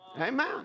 Amen